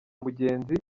mugenzi